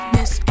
Miss